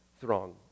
throng